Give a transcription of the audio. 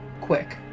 quick